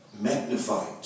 magnified